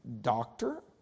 doctor